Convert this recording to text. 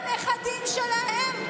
הנכדים שלהם,